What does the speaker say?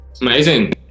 Amazing